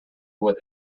what